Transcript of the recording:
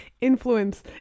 influence